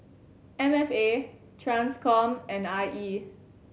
M F A Transcom and I E